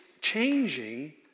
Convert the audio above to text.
changing